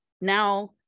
now